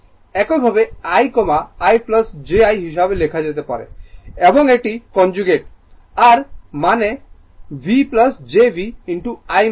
একইভাবে i i jI হিসাবে লেখা যেতে পারে এবং এটি কনজুগেট তার মানে V jV ' i jI